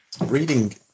reading